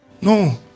No